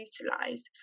utilize